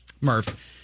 Murph